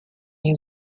new